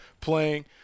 playing